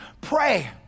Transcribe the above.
Pray